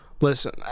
Listen